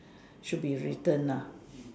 should be written ah